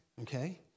Okay